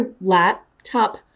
laptop